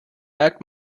merkt